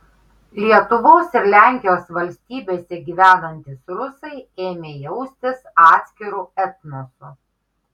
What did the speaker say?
lietuvos ir lenkijos valstybėse gyvenantys rusai ėmė jaustis atskiru etnosu